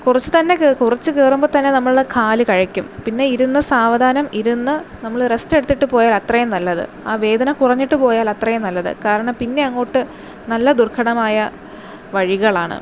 കുറച്ചു തന്നെ കുറച്ചു കയറുമ്പോൾ തന്നെ നമ്മളുടെ കാല് കഴക്കും പിന്നെ ഇരുന്ന് സാവധാനം ഇരുന്ന് നമ്മൾ റെസ്റ്റ് എടുത്തിട്ട് പോയാൽ അത്രയും നല്ലത് ആ വേദന കുറഞ്ഞിട്ട് പോയാൽ അത്രയും നല്ലത് കാരണം പിന്നെ അങ്ങോട്ട് നല്ല ദുർഘടമായ വഴികളാണ്